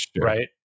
right